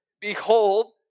Behold